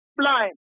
blind